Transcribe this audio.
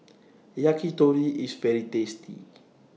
Yakitori IS very tasty